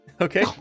Okay